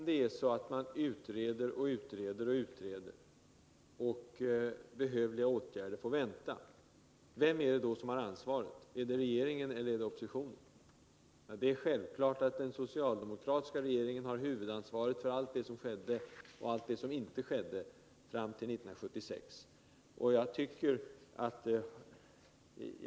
Herr talman! Om man utreder och utreder medan behövliga åtgärder får Om åtgärder mot vänta, vem har då ansvaret? Regeringen eller oppositionen? Självklart har — missbruk av alkoden socialdemokratiska regeringen huvudansvaret för det som skedde och pol inte skedde fram till 1976.